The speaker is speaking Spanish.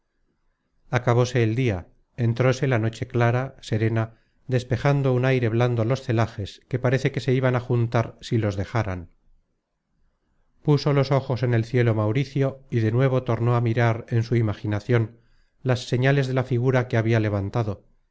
acabóse el dia entróse la noche clara serena despejando un aire blando los celajes que parece que se iban á juntar si los dejáran puso los ojos en el cielo mauricio y de nuevo tornó á mirar en su imaginacion las señales de la figura que habia levantado